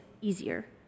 easier